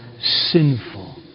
sinful